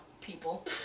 people